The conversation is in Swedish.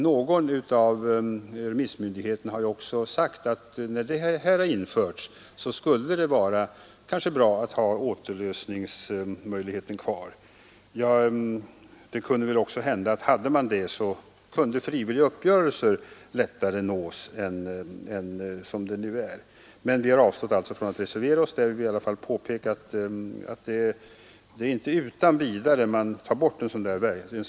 Någon av remissmyndigheterna har också sagt att när detta införs skulle det kanske vara bra att ha återlösningsmöjligheten kvar. Det kunde väl också hända att i så fall frivilliga uppgörelser lättare nås än nu. Vi har alltså avstått från att reservera oss men vill påpeka att det inte är utan vidare man tar bort en sådan regel.